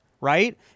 right